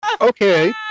Okay